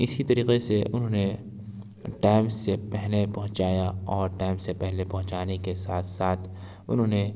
اِسی طریقے سے اُنہوں نے ٹائم سے پہلے پہنچایا اور ٹائم سے پہلے پہنچانے کے ساتھ ساتھ اُنہوں نے